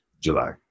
July